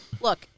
Look